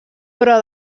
però